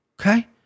Okay